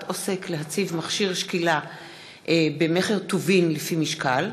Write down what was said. עוסק להציב מכשיר שקילה במכר טובין לפי משקל),